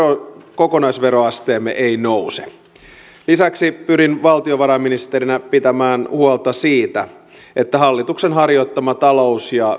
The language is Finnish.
kokonaisveroasteemme ei nouse lisäksi pyrin valtiovarainministerinä pitämään huolta siitä että hallituksen harjoittama talous ja